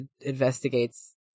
investigates